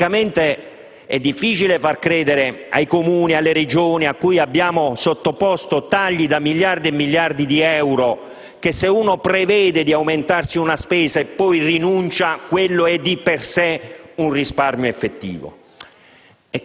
Francamente è difficile far credere ai Comuni ed alle Regioni - che abbiamo sottoposto a tagli di molti miliardi di euro - che se si prevede l'aumento di una spesa, alla quale poi si rinuncia, quello sia di per sé un risparmio effettivo.